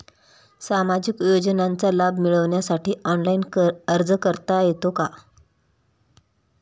सामाजिक योजनांचा लाभ मिळवण्यासाठी ऑनलाइन अर्ज करता येतो का?